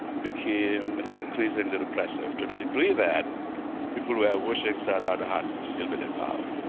became increasingly repressive to the degree that people were watching sir dawda had still been and power.